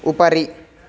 उपरि